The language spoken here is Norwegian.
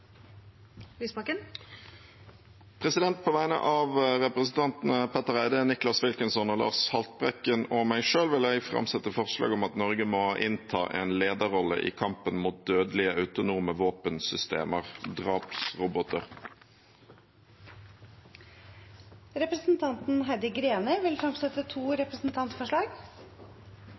På vegne av representantene Petter Eide, Nicholas Wilkinson, Lars Haltbrekken og meg selv vil jeg framsette et forslag om at Norge må innta en lederrolle i kampen mot dødelige autonome våpensystemer, drapsroboter. Representanten Heidi Greni vil fremsette to representantforslag.